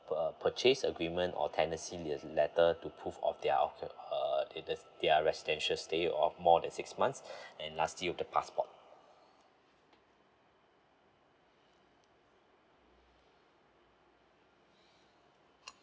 uh purchase agreement or tendency in a letter to prove of their of uh latest their residential stay of more than six months and lastly with the passport